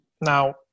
now